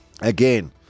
Again